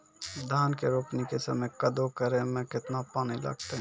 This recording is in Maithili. धान के रोपणी के समय कदौ करै मे केतना पानी लागतै?